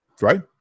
Right